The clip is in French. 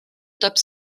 top